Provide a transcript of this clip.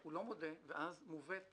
הוא לא מודה, ואז מובאת